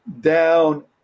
down